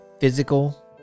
physical